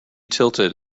tilted